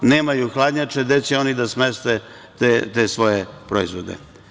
Nemaju hladnjače, gde će oni da smeste te svoje proizvode?